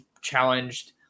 challenged